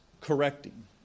correcting